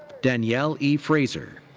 danielle e. fraser.